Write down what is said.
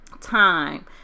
time